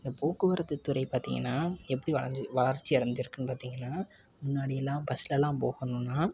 இந்த போக்குவரத்துத்துறை பார்த்தீங்கன்னா எப்படி வளஞ்சி வளர்ச்சி அடைஞ்சிருக்குன்னு பார்த்தீங்கன்னா முன்னாடியெல்லாம் பஸ்லெலாம் போகணும்னா